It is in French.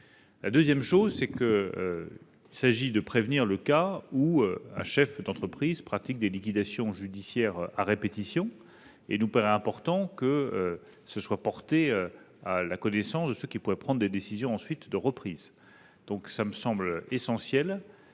Deuxième argument : il s'agit de prévenir le cas où un chef d'entreprise pratique des liquidations judiciaires à répétition. Il nous paraît important que cela soit porté à la connaissance de ceux qui pourraient décider de reprendre l'entreprise. Il me semble essentiel